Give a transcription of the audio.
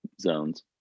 zones